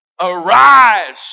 Arise